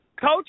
Coach